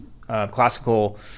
classical